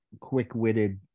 quick-witted